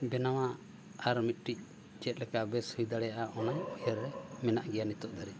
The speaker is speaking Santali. ᱵᱮᱱᱟᱣᱟ ᱟᱨ ᱢᱤᱫᱴᱤᱡ ᱪᱮᱫ ᱞᱮᱠᱟ ᱵᱮᱹᱥ ᱦᱩᱭ ᱫᱟᱲᱮᱭᱟᱜᱼᱟ ᱚᱱᱟ ᱩᱭᱦᱟᱹᱨ ᱨᱮ ᱢᱮᱱᱟᱜ ᱜᱮᱭᱟ ᱱᱤᱛᱚᱜ ᱫᱷᱟᱹᱨᱤᱡ ᱦᱚᱸ